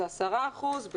זה 10 אחוזים,